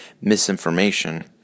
misinformation